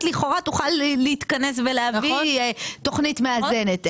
לכאורה תוכל להתכנס ולהביא תוכנית מאזנת.